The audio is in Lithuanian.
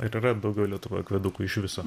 ar yra daugiau lietuvoj akvedukų iš viso